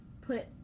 put